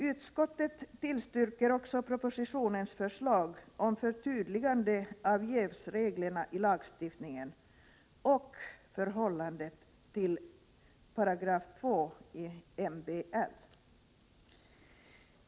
Utskottet tillstyrker också propositionens förslag om förtydligande av jävsreglerna i lagstiftningen och förhållandet till 2 § i MBL.